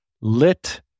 Lit